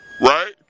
right